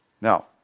Now